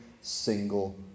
single